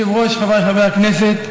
אדוני היושב-ראש, חבריי חברי הכנסת,